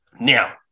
Now